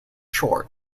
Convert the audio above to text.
short